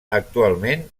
actualment